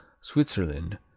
Switzerland